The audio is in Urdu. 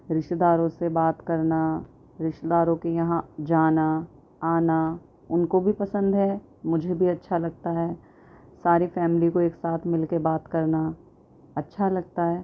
رشتہ داروں سے بات کرنا رشتہ داروں کے یہاں جانا آنا ان کو بھی پسند ہے مجھے بھی اچھا لگتا ہے ساری فیملی کو ایک ساتھ مل کے بات کرنا اچھا لگتا ہے